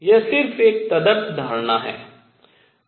यह सिर्फ एक तदर्थ धारणा है